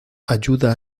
ayuda